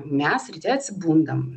mes ryte atsibundam